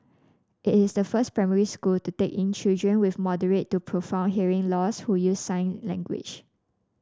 it is the first primary school to take in children with moderate to profound hearing loss who use sign language